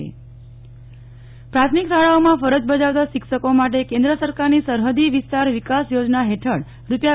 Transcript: નેહલ ઠક્કર શિક્ષકો માટે ક્વાટર્સ પ્રાથમિક શાળાઓમાં ફરજ બજાવતા શિક્ષકો માટે કેન્દ્ર સરકારની સરહદી વિસ્તાર વિકાસ યોજના હેઠળ રૂા